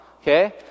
Okay